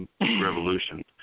revolution